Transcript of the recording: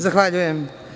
Zahvaljujem.